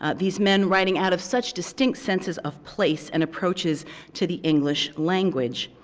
ah these men writing out of such distinct senses of place and approaches to the english language.